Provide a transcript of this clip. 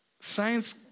Science